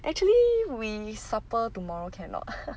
actually we supper tomorrow can a not